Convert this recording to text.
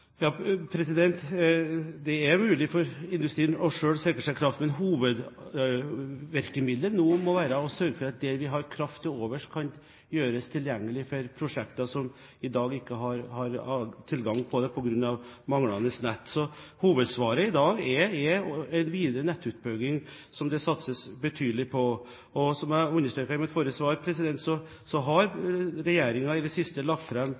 Det er mulig for industrien selv å sikre seg kraft, men hovedvirkemiddelet nå må være å sørge for at den kraft vi har til overs, kan gjøres tilgjengelig for prosjekter som i dag ikke har tilgang på den på grunn av manglende nett. Hovedsvaret i dag er en videre nettutbygging, som det satses betydelig på. Som jeg understreket i mitt forrige svar, har regjeringen i det siste lagt